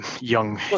young